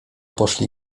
poszli